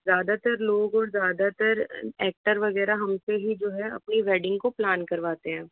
ज़्यादातर लोग और ज़्यादातर एक्टर वगैरह हमसे ही जो है अपनी वेडिंग को प्लान करवाते हैं